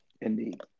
Indeed